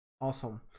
Awesome